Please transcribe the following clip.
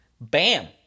Bam